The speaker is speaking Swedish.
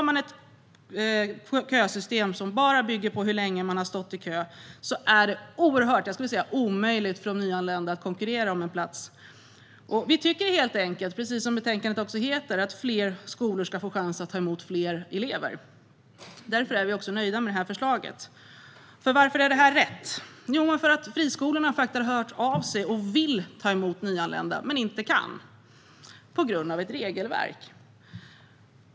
Med ett kösystem som bara bygger på hur länge man har stått i kö är det i stort sett omöjligt för de nyanlända att konkurrera om en plats. Vi tycker, precis som betänkandet heter, att fler skolor ska få chansen att ta emot fler elever. Därför är vi nöjda med detta förslag. Varför är detta rätt? Jo, för att friskolorna faktiskt har hört av sig och vill ta emot nyanlända, men de kan inte på grund av regelverket.